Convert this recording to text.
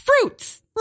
fruits